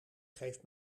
geeft